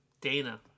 Dana